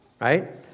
Right